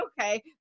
okay